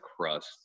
crust